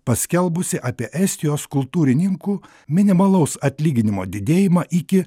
paskelbusi apie estijos kultūrininkų minimalaus atlyginimo didėjimą iki